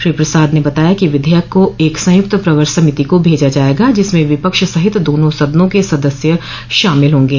श्री प्रसाद ने बताया कि विधेयक को एक संयुक्त प्रवर समिति को भेजा जाएगा जिसमें विपक्ष सहित दोनों सदनों के सदस्य शामिल होंगे